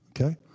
Okay